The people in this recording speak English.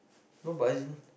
not but is in